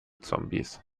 zombies